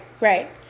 right